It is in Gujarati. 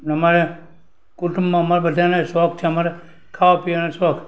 અમારે કુટુંબમાં અમારે બધાયને શોખ છે અમારે ખાવા પીવાનો શોખ